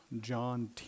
John